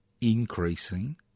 increasing